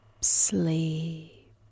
sleep